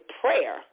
prayer